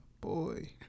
boy